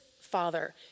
father